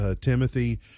Timothy